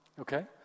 Okay